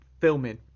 filming